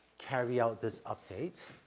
carry out this update,